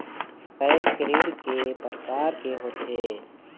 Bank ऋण के प्रकार के होथे?